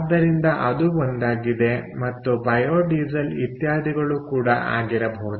ಆದ್ದರಿಂದ ಅದು ಒಂದಾಗಿದೆ ಮತ್ತು ಬಯೋಡೀಸಲ್ ಇತ್ಯಾದಿಗಳು ಕೂಡ ಆಗಿರಬಹುದು